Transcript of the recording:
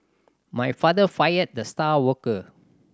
my father fired the star worker